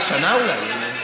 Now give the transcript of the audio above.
שנה אולי,